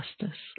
justice